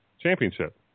Championship